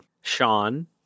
Sean